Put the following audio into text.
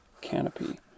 canopy